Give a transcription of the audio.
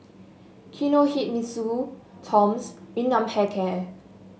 Kinohimitsu Toms Yun Nam Hair Care